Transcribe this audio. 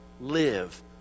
Live